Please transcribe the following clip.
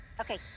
Okay